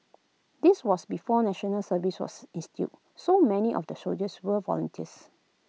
this was before National Service was instituted so many of the soldiers were volunteers